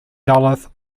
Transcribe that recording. duluth